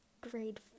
grade